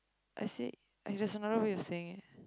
I say like there's another way of saying it